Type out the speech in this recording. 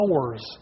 hours